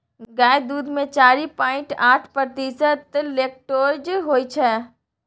गाय दुध मे चारि पांइट आठ प्रतिशत लेक्टोज होइ छै